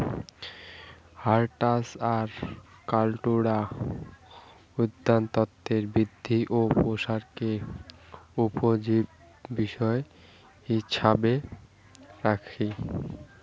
হরটাস আর কাল্টুরা উদ্যানতত্বের বৃদ্ধি ও প্রসারকে উপজীব্য বিষয় হিছাবে রাখি